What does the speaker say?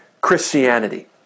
Christianity